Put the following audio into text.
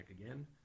again